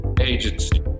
Agency